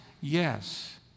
yes